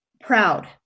proud